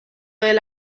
del